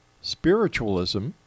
spiritualism